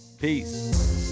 Peace